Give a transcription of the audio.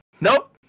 nope